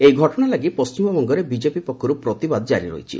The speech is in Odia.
ଏହି ଘଟଣା ଲାଗି ପଣ୍ଟିମବଙ୍ଗରେ ବିଜେପି ପକ୍ଷରୁ ପ୍ରତିବାଦ କାରି ରହିଛି